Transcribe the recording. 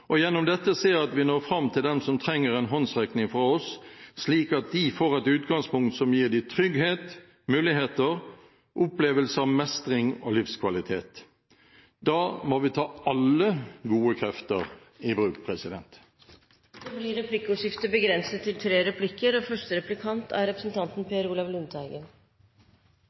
og gjennom dette se at vi når fram til dem som trenger en håndsrekning fra oss, slik at de får et utgangspunkt som gir dem trygghet, muligheter, opplevelse av mestring og livskvalitet. Da må vi ta alle gode krefter i bruk. Det blir replikkordskifte. Alle som kjenner situasjonen i barnevernet, må stå fjellstøtt på at det er kvalitet som skal gjelde. I tillegg til